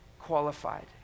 qualified